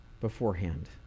beforehand